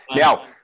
Now